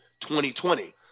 2020